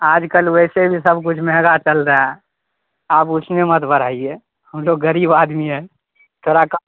آج کل ویسے بھی سب کچھ مہنگا چل رہا ہے آپ اس میں مت بڑھائیے ہم لوگ غریب آدمی ہیں تھوڑا کم